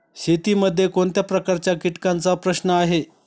शेतीमध्ये कोणत्या प्रकारच्या कीटकांचा प्रश्न आहे?